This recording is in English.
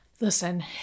Listen